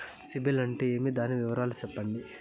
సిబిల్ అంటే ఏమి? దాని వివరాలు సెప్పండి?